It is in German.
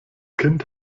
kind